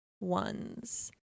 ones